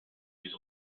use